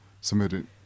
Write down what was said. submitted